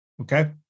Okay